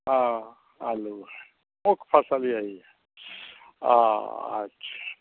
हाँ आलू है मुख्य फ़सल यही है अच्छा